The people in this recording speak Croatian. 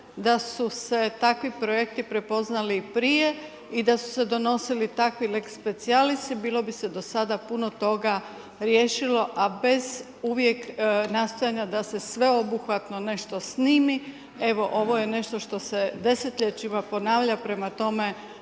da su se takvi projekti prepoznali i prije i da su se donosili takvi lex specialisi bilo bi se do sada puno toga riješilo a bez uvijek nastojanja da se sveobuhvatno nešto snimi, evo je nešto što se desetljećima ponavlja prema tome